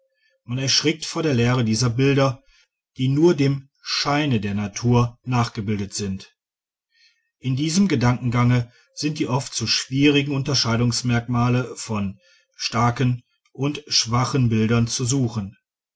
man erschrickt vor der leere dieser bilder die nur dem scheine der natur nachgebildet sind in diesem gedankengange sind die oft so schwierigen unterscheidungsmerkmale von starken und schwachen bildern zu suchen